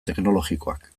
teknologikoak